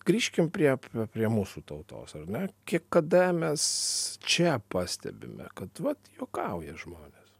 grįžkim prie prie mūsų tautos ar ne kiek kada mes čia pastebime kad vat juokauja žmonės